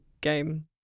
game